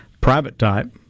private-type